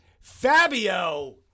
Fabio